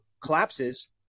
collapses